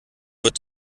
wird